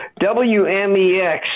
WMEX